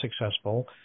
successful